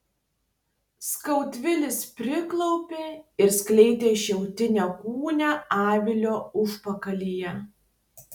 skaudvilis priklaupė ir skleidė šiaudinę gūnią avilio užpakalyje